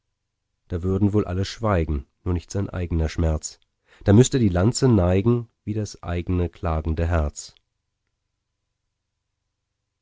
da würden wohl alle schweigen nur nicht sein eigener schmerz da müßt er die lanze neigen wider s eigne klagende herz